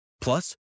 Plus